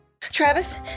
Travis